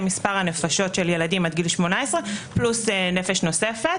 מספר הנפשות של ילדים עד גיל 18 פלוס נפש נוספת,